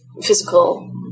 physical